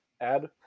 add